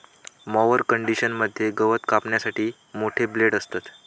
mower conditioner मध्ये गवत कापण्यासाठी मोठे ब्लेड असतत